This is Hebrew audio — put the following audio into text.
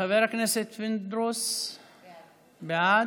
חבר הכנסת פינדרוס בעד.